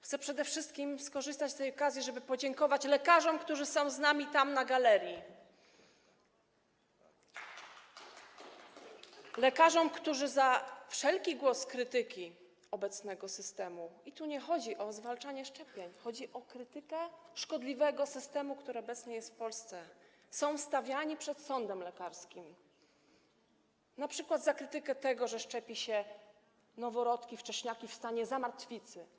Chcę przede wszystkim skorzystać z tej okazji, żeby podziękować lekarzom, którzy są tu z nami, są tam na galerii, lekarzom, którzy za wszelkie głosy krytyki obecnego systemu - i tu nie chodzi o zwalczanie szczepień, chodzi o krytykę szkodliwego systemu, który obecnie jest w Polsce - są stawiani przed sądem lekarskim, np. za krytykę tego, że szczepi się noworodki, wcześniaki w stanie zamartwicy.